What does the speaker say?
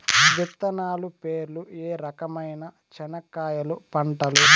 విత్తనాలు పేర్లు ఏ రకమైన చెనక్కాయలు పంటలు?